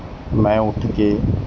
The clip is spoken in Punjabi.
ਮੈਂ ਉੱਠ ਕੇ